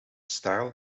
style